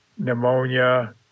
Pneumonia